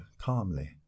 calmly